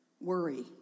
worry